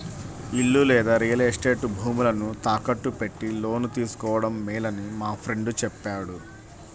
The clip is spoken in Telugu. ఇల్లు లేదా రియల్ ఎస్టేట్ భూములను తాకట్టు పెట్టి లోను తీసుకోడం మేలని మా ఫ్రెండు చెప్పాడు